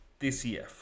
DCF